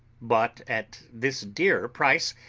bought at this dear price,